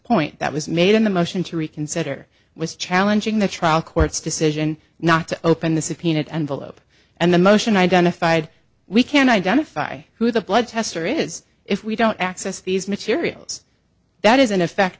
point that was made in the motion to reconsider was challenging the trial court's decision not to open the subpoenaed envelope and the motion identified we can identify who the blood tester is if we don't access these materials that is in effect